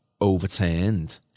overturned